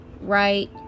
Right